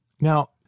Now